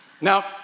Now